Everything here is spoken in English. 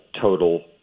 total